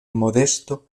modesto